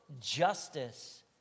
justice